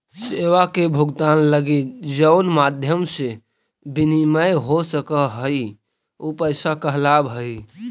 सेवा के भुगतान लगी जउन माध्यम से विनिमय हो सकऽ हई उ पैसा कहलावऽ हई